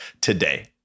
today